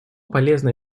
полезная